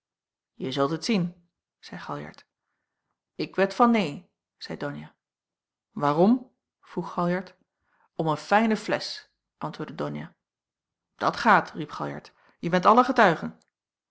je zult het zien zeî galjart ik wed van neen zeî donia waarom vroeg galjart om een fijne flesch antwoordde donia dat gaat riep galjart je bent allen getuigen